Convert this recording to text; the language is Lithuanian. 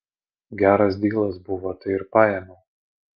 geras dylas buvo tai ir paėmiau